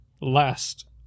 last